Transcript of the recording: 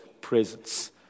presence